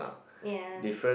ya